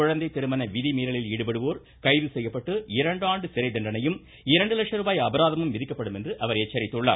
குழந்தை திருமண விதி மீறலில் ஈடுபடுவோர் கைது செய்யப்பட்டுஇரண்டு ஆண்டு சிறை தண்டனையும் இரண்டு லட்ச ரூபாய் அபராதமும் விதிக்கப்படும் என்று அவர் எச்சரித்துள்ளார்